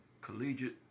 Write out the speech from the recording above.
Collegiate